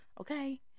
okay